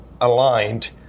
aligned